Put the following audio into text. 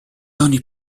ogni